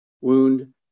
wound